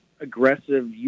aggressive